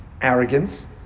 Arrogance